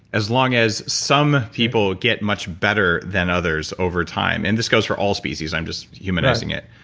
as long as some people get much better than others over time. and this goes for all species, i'm just humanizing it.